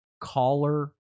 Caller